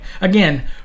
Again